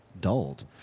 dulled